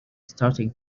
starting